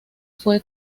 fue